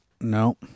No